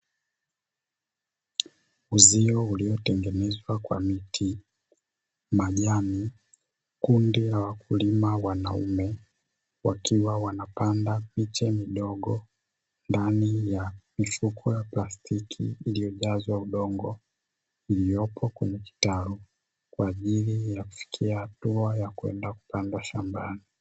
Uzio uliotengenezwa kwa miti majani kundi la wakulima wanaume wakiwa wanapanda miche midogo, ndani ya mifuko ya plastiki iliyojazwa udongo iliyopo kwenye kitalu kwa ajili ya kufikia hatua ya kwenda kupamba shambani.